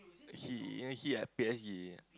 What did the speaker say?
he he at P_S_G